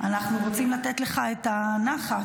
אנחנו רוצים לתת לך את הנחת.